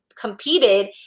competed